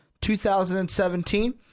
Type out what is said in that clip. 2017